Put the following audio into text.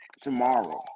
tomorrow